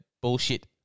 bullshit